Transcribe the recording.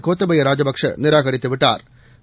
கோத்தபாயா ராஜபக்சே நிராகித்து விட்டா்